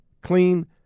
clean